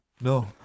No